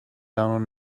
down